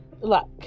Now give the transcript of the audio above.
luck